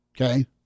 Okay